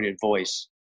voice